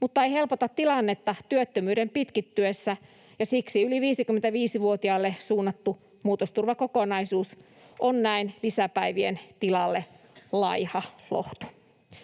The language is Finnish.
mutta ei helpota tilannetta työttömyyden pitkittyessä, ja siksi yli 55-vuotiaille suunnattu muutosturvakokonaisuus on näin lisäpäivien tilalle laiha lohtu.